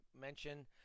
mention